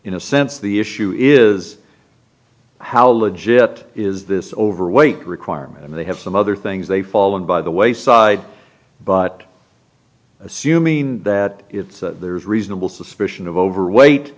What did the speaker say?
in a sense the issue is how legit is this overweight requirement and they have some other things they fall on by the wayside but assuming that it's there's reasonable suspicion of overweight